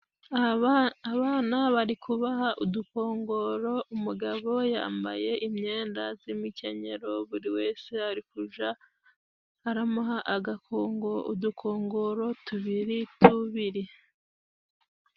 Abana barikubaha udukongoro. Umugabo yambaye imyenda z'imikenyero buri wese arikuja aramuha agakongo udukongoro tubiri tubiri.